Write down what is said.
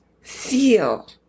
feel